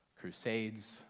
crusades